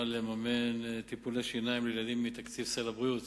לממן טיפולי שיניים לילדים מתקציב משרד הבריאות.